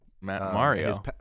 Mario